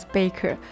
Baker